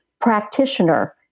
practitioner